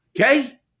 Okay